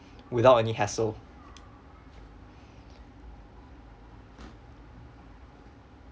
without any hassle